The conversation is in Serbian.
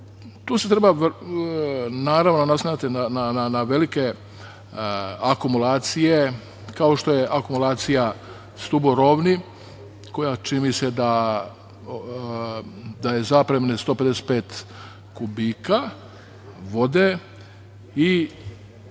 Tu se treba naslanjati na velike akumulacije, kao što je akumulacija „Stuborovni“, koja čini mi se da je zapremine 155 kubika vode i